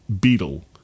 Beetle